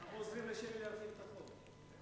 אנחנו עוזרים לשלי להעביר את החוק.